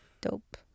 dope